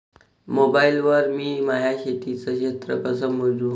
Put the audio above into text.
Mobile वर मी माया शेतीचं क्षेत्र कस मोजू?